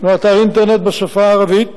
יש לנו אתר אינטרנט בשפה הערבית,